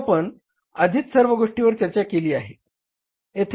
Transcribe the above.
तर आपण आधीच सर्व गोष्टीवर चर्चा केली आहे